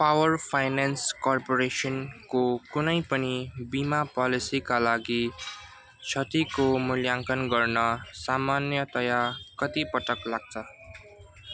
power finance कर्पोरेसनको कुनै पनि बिमा पोलेसीका लागि क्षतिको मूल्याङ्कन गर्न सामान्यतया कति पटक लाग्छ